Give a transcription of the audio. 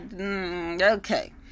okay